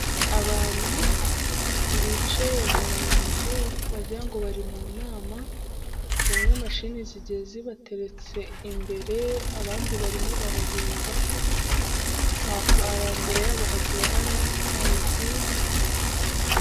Abantu bicaye mu nzu, wagira ngo bari mu nama, bamwe mashini zigiye zibatereretse imbere, abandi barimo barareba, imbere yabo hagiye hari amazi.